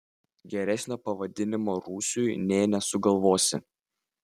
geresnio pavadinimo rūsiui nė nesugalvosi